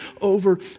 over